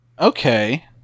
okay